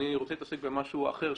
אני רוצה להתעסק במשהו אחר,